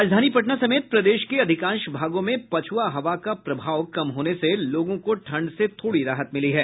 राजधानी पटना समेत प्रदेश के अधिकांश भागों में पछ्आ हवा का प्रभाव कम होने से लोगों को ठंड से थोड़ी राहत मिली है